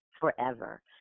forever